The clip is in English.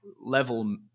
level